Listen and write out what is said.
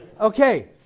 Okay